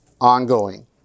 Ongoing